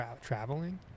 traveling